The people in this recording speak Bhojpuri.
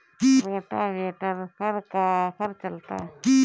रोटावेटर पर का आफर चलता?